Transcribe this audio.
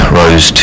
rose